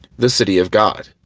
the city of god.